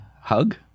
hug